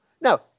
Now